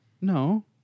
No